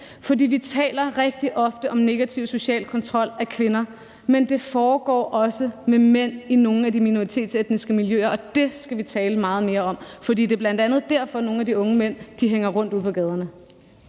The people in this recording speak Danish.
For vi taler rigtig ofte om negativ social kontrol af kvinder, men det foregår også med mænd i nogle af de minoritetsetniske miljøer, og det skal vi tale meget mere om. For det er bl.a. derfor, at nogle af de unge mænd hænger rundt ude på gaderne.